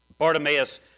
Bartimaeus